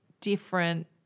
different